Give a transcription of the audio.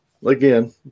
Again